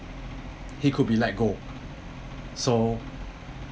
he could be let go so